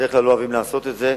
בדרך כלל לא אוהבים לעשות את זה,